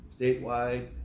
statewide